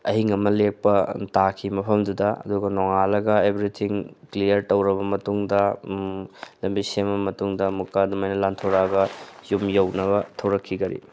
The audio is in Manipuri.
ꯑꯍꯤꯡ ꯑꯃ ꯂꯦꯛꯄ ꯇꯥꯈꯤ ꯃꯐꯝꯗꯨꯗ ꯑꯗꯨꯒ ꯅꯣꯡꯉꯥꯜꯂꯒ ꯑꯦꯚ꯭ꯔꯤꯊꯤꯡ ꯀ꯭ꯂꯤꯌꯥꯔ ꯇꯧꯔꯕ ꯃꯇꯨꯡꯗ ꯂꯝꯕꯤ ꯁꯦꯝꯃꯕ ꯃꯇꯨꯡꯗ ꯑꯃꯨꯛꯀ ꯑꯗꯨꯃꯥꯏꯅ ꯂꯥꯟꯊꯣꯔꯛꯑꯒ ꯌꯨꯝ ꯌꯧꯅꯕ ꯊꯧꯔꯛꯈꯤ ꯒꯥꯔꯤ